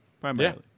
Primarily